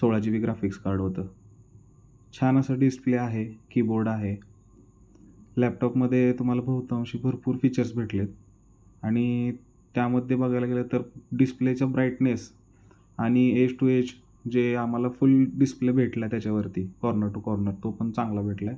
सोळा G B graphics card होतं छान असं डिस्प्ले आहे कीबोर्ड आहे लॅपटॉपमध्ये तुम्हाला बहुतांश भरपूर फीचर्स भेटले आहेत आणि त्यामध्ये बघायला गेलं तर डिस्प्लेच ब्राईटनेस आणि एज टू एज जे आम्हाला फुल डिस्प्ले भेटला आहे त्याच्यावरती कॉर्नर टू कॉर्नर तो पण चांगला भेटला आहे